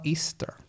Easter